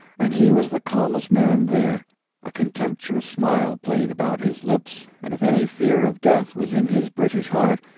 and he was the calmest man there a contemptuous smile played about his lips, and if any fear of death was in his british heart,